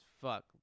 fuck